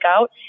out